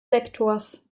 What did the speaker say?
sektors